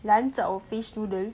fish noodle